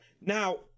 now